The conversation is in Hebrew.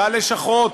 בלשכות,